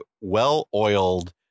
well-oiled